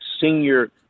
senior